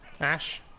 Ash